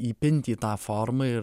įpinti į tą formą ir